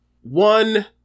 one